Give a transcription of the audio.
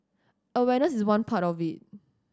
awareness is one part of it